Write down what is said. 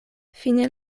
fine